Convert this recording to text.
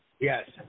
Yes